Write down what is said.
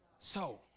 so